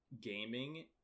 gaming